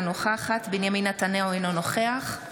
אינה נוכחת